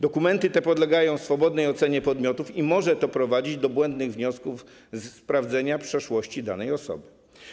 Dokumenty te podlegają swobodnej ocenie podmiotów i może to prowadzić do błędnych wniosków ze sprawdzenia przeszłości danej osoby.